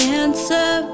answer